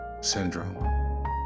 syndrome